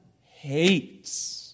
hates